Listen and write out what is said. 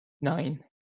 nine